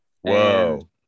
Whoa